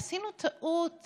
עשינו טעות,